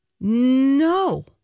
No